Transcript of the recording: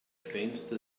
fenster